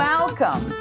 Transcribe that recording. Welcome